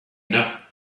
know